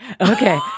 okay